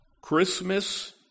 Christmas